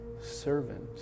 servant